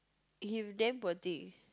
he's damn poor thing